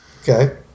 Okay